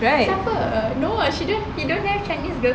siapa no she don't he don't have chinese girlfriend